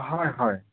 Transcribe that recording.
হয় হয়